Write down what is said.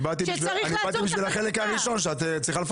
אני באתי בשביל החלק הראשון, שאת צריכה לפרגן.